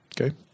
Okay